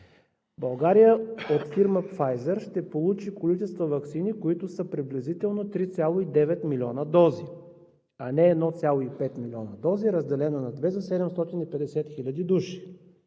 България от фирма Pfizer ще получи количества ваксини, които са приблизително 3,9 милиона дози, а не 1,5 милиона дози. Разделено на две – за 750 хиляди души.